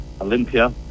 Olympia